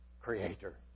Creator